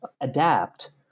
adapt